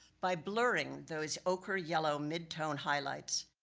by blurring those ocher yellow mid-tone highlights.